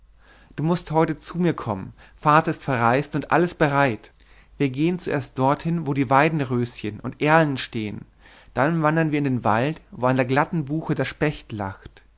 du mußt nun heute zu mir kommen vater ist verreist und alles bereit wir gehen zuerst dorthin wo die weidenröschen und erlen stehn dann wandern wir in den wald wo an der glatten buche der specht lacht